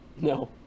No